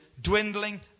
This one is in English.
dwindling